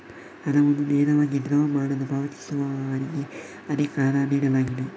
ಹಣವನ್ನು ನೇರವಾಗಿ ಡ್ರಾ ಮಾಡಲು ಪಾವತಿಸುವವರಿಗೆ ಅಧಿಕಾರ ನೀಡಲಾಗಿದೆ